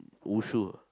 Wushu